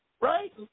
right